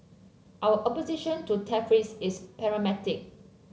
our opposition to tariffs is pragmatic